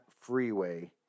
Freeway